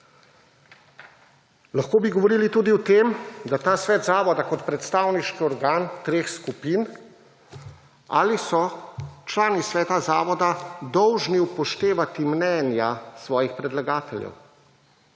Lahko bi govorili tudi o tem, da ta svet zavoda, kot predstavniški organ treh skupin, ali so člani sveta zavoda dolžni upoštevati mnenja svojih predlagateljev?